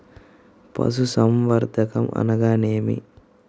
పశుసంవర్ధకం అనగా ఏమి?